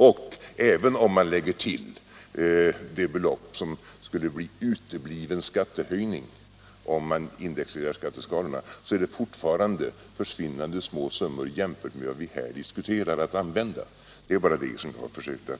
Och även om man lägger till det belopp som skulle bli utebliven skattehöjning, om man indexreglerar skatteskalorna, är det fortfarande fråga om försvinnande små summor jämfört med vad vi här diskuterar att använda. Det är bara det som jag har försökt